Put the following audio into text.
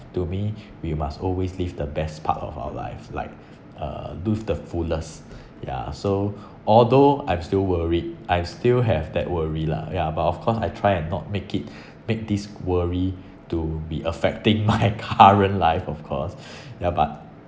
to me we must always live the best part of our life like uh to the fullest ya so although I'm still worried I still have that worry lah ya but of course I try and not make it make this worry to be affecting my current life of course ya but